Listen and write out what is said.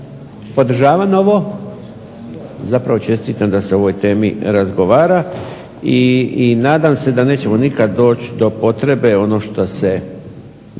podržavam ovo, zapravo čestitam da se o ovoj temi razgovara i nadam se da nećemo nikada doći do potrebe ono što se